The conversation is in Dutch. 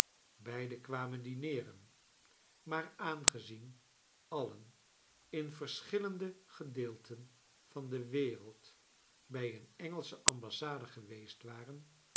beiden kwamen dineeren maar aangezien alien in verschillende gedeelten van de wereld bij een engels che ambassade geweest waren